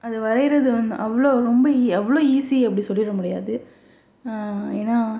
அது வரைகிறது வந் அவ்வளோ ரொம்ப அவ்வளோ ஈஸி அப்படி சொல்லிவிட முடியாது ஏன்னா